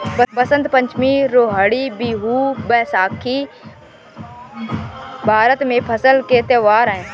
बसंत पंचमी, लोहड़ी, बिहू, बैसाखी भारत में फसल के त्योहार हैं